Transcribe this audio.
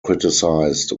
criticized